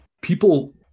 people